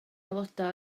aelodau